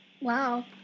Wow